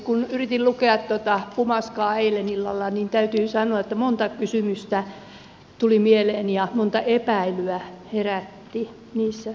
kun yritin lukea tuota pumaskaa eilen illalla niin täytyy sanoa että monta kysymystä tuli mieleen ja monta epäilyä heräsi niistä sanomista